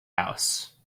house